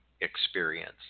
experience